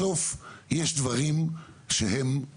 בסוף יש דברים שהם